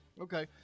Okay